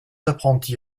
apprentis